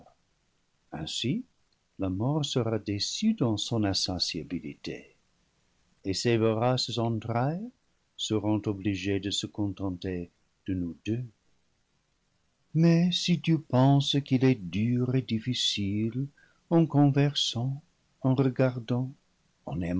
ainsi la mort sera déçue dans son le paradis perdu insatiabilité et ses voraces entrailles seront obligées de se con tenter de nous deux mais si tu penses qu'il est dur et difficile en conversant en regardant en